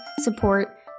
support